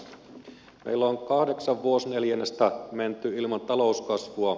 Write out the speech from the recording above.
meillä on kahdeksan vuosineljännestä menty ilman talouskasvua